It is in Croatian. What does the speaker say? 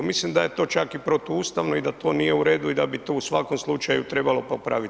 Mislim da je to čak i protuustavno i da to nije u redu i da bi to u svakom slučaju trebalo popraviti.